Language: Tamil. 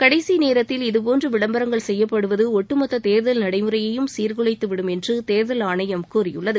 கடைசி நேரத்தில் இதுபோன்று விளம்பரங்கள் செய்யப்படுவது ஒட்டுமொத்த தேர்தல் நடைமுறையையும் சீர்குலைத்துவிடும் என்று தேர்தல் ஆணையம் கூறியுள்ளது